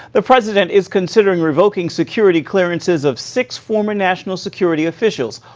the president is considering revoking security clearances of six former national security officials,